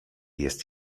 jest